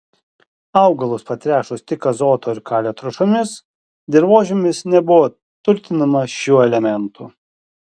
augalus patręšus tik azoto ir kalio trąšomis dirvožemis nebuvo turtinamas šiuo elementu